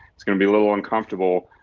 it's going to be a little uncomfortable.